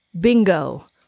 Bingo